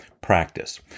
practice